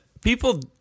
people